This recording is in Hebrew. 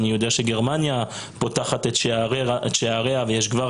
אני יודע שגרמניה פותחת את שעריה ויש שם כבר